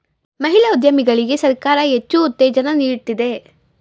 ಮಹಿಳಾ ಉದ್ಯಮಿಗಳಿಗೆ ಸರ್ಕಾರ ಹೆಚ್ಚು ಉತ್ತೇಜನ ನೀಡ್ತಿದೆ